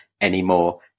anymore